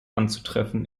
anzutreffen